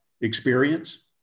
experience